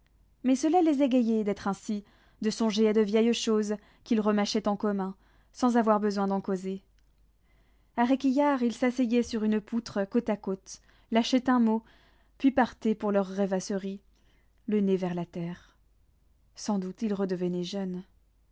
mais cela les égayait d'être ainsi de songer à de vieilles choses qu'ils remâchaient en commun sans avoir besoin d'en causer a réquillart ils s'asseyaient sur une poutre côte à côte lâchaient un mot puis partaient pour leurs rêvasseries le nez vers la terre sans doute ils redevenaient jeunes